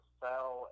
sell